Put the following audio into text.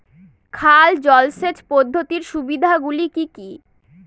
খাল জলসেচ পদ্ধতির সুবিধাগুলি কি কি?